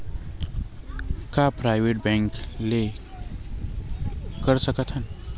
का private bank ले कर सकत हन?